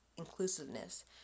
inclusiveness